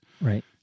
Right